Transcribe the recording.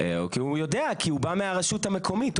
כי הוא יודע כי הוא בא מהרשות המקומית.